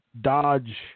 dodge